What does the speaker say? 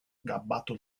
gabbato